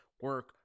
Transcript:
Work